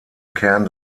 kern